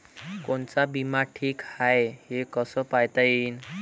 कोनचा बिमा ठीक हाय, हे कस पायता येईन?